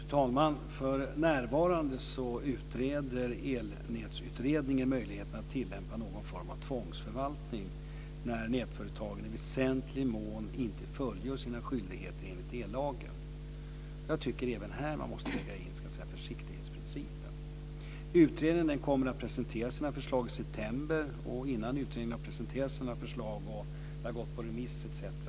Fru talman! För närvarande utreder elnätsutredningen möjligheten att tillämpa någon form av tvångsförvaltning när nätföretag i väsentlig mån inte fullgör sina skyldigheter enligt ellagen. Jag tycker att man även här måste lägga in försiktighetsprincipen. Utredningen kommer att presentera sina förslag i september. Innan utredningen har presenterat sina förslag och de har gått på remiss etc.